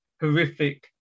horrific